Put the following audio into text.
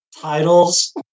Titles